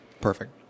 Perfect